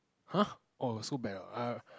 !huh! so bad ah I